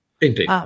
Indeed